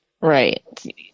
Right